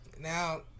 Now